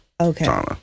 Okay